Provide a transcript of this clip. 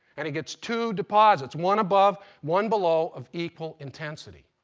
and it gets two deposits, one above, one below, of equal intensity.